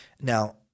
Now